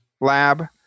lab